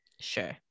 Sure